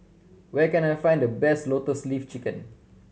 where can I find the best Lotus Leaf Chicken